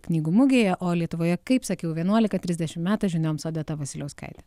knygų mugėje o lietuvoje kaip sakiau vienuolika trisdešimt metas žiniom odeta vasiliauskaitė